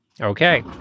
Okay